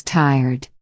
tired